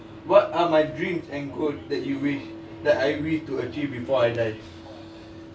what are my dreams and goals that you wish that I wish to achieve before I die